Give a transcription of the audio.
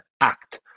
act